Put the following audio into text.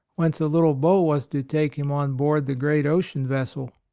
whence a little boat was to take him on board the great ocean vessel.